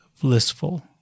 blissful